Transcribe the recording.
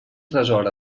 tresor